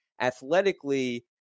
Athletically